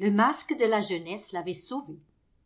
le masque de la jeunesse l'avait sauvé